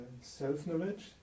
self-knowledge